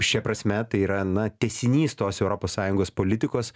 šia prasme tai yra na tęsinys tos europos sąjungos politikos